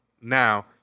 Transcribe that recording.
now